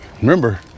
remember